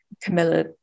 Camilla